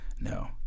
No